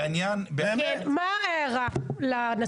מה ההערה לנציב?